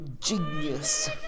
genius